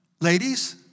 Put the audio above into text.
Ladies